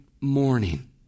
morning